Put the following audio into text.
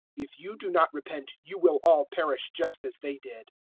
if you do not repent you will all perish just as they did.